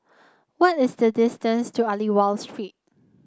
what is the distance to Aliwal Street